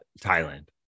Thailand